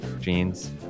jeans